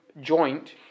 joint